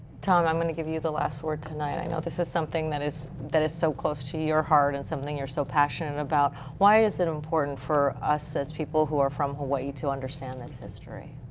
tom, i'm going to give you the last word tonight. and this is something that is that is so close to your heart and something you're so passionate about. why is it important for us as people who are from hawai'i to understand this history?